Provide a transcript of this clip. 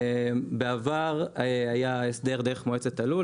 בעבר היה הסדר דרך מועצת הלול,